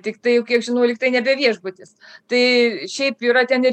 tiktai jau kiek žinau lyg tiktai nebe viešbutis tai šiaip yra ten ir